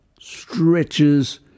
stretches